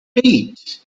eight